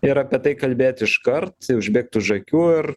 ir apie tai kalbėt iškart užbėgt už akių ir